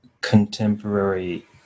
contemporary